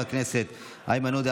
חברי הכנסת איימן עודה,